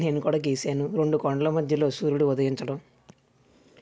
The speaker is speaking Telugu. వారిని చాలా కేర్ఫుల్గా